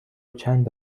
چند